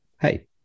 Hey